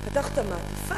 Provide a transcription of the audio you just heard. פתח את המעטפה,